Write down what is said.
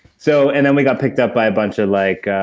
so and then we got picked up by a bunch of like.